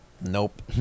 nope